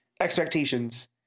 expectations